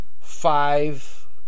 five